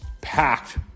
packed